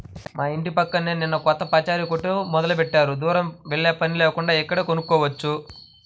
మా యింటి పక్కనే నిన్న కొత్తగా పచారీ కొట్టు మొదలుబెట్టారు, దూరం వెల్లేపని లేకుండా ఇక్కడే కొనుక్కోవచ్చు